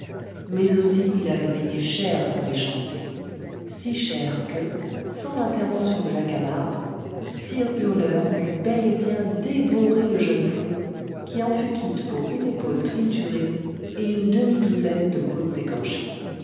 mais aussi il avait payé cher sa méchanceté si cher que sans l'intervention de la camarde sire hurleur eût bel et bien dévoré le jeune fou qui en fut quitte pour une épaule triturée et une demi-douzaine de côtes écorchées